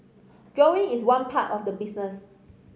drawing is one part of the business